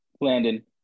Landon